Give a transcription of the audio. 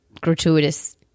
gratuitous